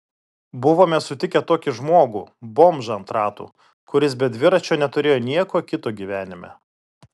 buvome sutikę tokį žmogų bomžą ant ratų kuris be dviračio neturėjo nieko kito gyvenime